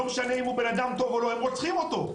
לא משנה אם הוא בן אדם טוב או לא הם רוצחים אותו.